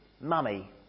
mummy